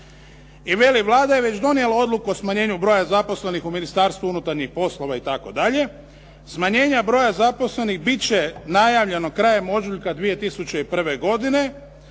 I veli Vlada je donijela već odluku o smanjenju broja zaposlenih u Ministarstvu unutarnjih poslova itd. smanjenja broja zaposlenih bit će najavljeno krajem ožujka 2001. godine,